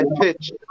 pitch